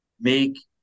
make